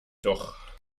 doch